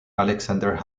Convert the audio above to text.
alexander